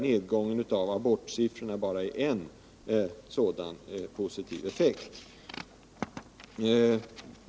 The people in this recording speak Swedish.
Nedgången i abortsiffrorna är bara ett.